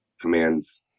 commands